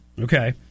Okay